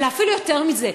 אלא אפילו יותר מזה.